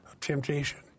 Temptation